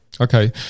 Okay